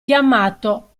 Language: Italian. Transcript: chiamato